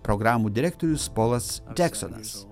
programų direktorius polas džeksonas